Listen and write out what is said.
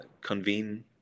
convene